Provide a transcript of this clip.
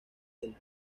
del